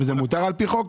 זה מותר על פי החוק?